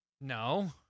No